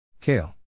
kale